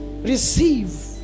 receive